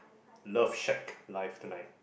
love shag life tonight